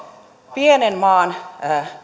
pienen maan